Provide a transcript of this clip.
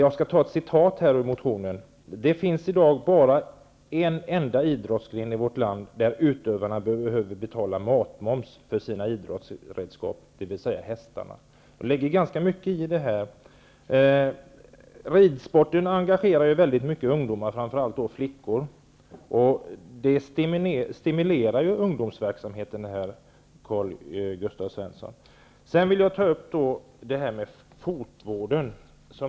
Det står i motionen att det i dag bara finns en enda idrottsgren i vårt land där utövarna behöver betala matmoms för sina idrottsredskap dvs. hästarna. Det ligger ganska mycket i det. Ridsporten engagerar väldigt många ungdomar, framför allt flickor. Detta stimulerar ju ungdomsverksamheten, Sedan vill jag ta upp detta med fotvården.